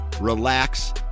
relax